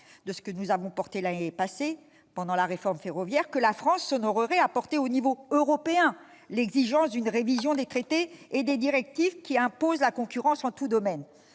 de ce que nous avons soutenu l'année passée pendant la réforme ferroviaire, que la France s'honorerait à porter au niveau européen l'exigence d'une révision des traités et des directives qui imposent la concurrence en tout domaine.